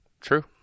True